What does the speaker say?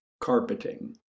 carpeting